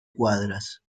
cuadras